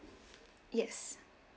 yes